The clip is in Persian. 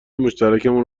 مشترکمان